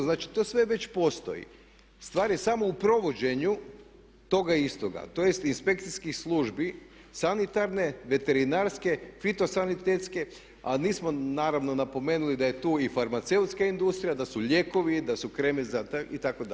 Znači to sve već postoji, stvar je samo u provođenju toga istoga, tj. inspekcijskih službi, sanitarne, veterinarske, fitosanitetske a nismo naravno napomenuli da je tu i farmaceutska industrija, da su lijekovi, da su kreme za, itd., itd.